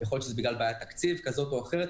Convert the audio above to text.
יכול להיות שזה בגלל בעיית תקציב כזאת או אחרת,